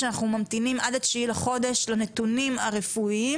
שאנחנו ממתינים עד התשיעי לחודש לנותנים הרפואיים